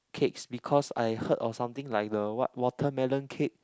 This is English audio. cakes because I heard of something like the what watermelon cake